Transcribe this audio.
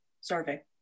survey